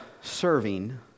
serving